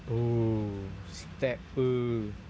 oh stepper